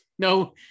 No